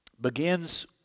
Begins